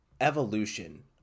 evolution